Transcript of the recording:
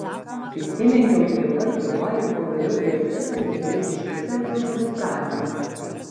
prisilenkiau prie pat jo ir pagaliau gerte sugėriau šiurpią jo žodžių prasmę